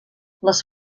les